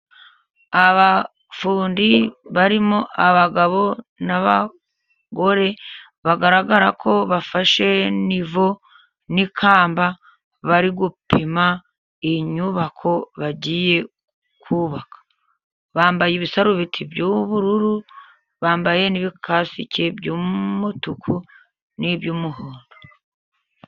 Abafundi barimo abagabo n'abagore bagaragara ko bafashe nivo n'ikamba, bari gupima inyubako bagiye kubaka, bambaye ibisarubeti by'ubururu, bambaye n'ibikasike by'umutuku n'iby'umuhondo.